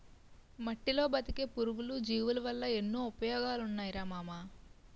మట్టిలో బతికే పురుగులు, జీవులవల్ల ఎన్నో ఉపయోగాలున్నాయిరా మామా